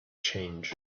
change